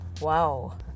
wow